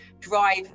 drive